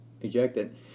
ejected